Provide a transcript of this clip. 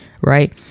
right